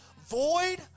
void